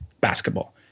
basketball